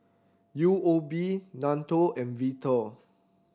U O B NATO and Vital